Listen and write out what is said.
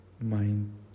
mind